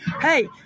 Hey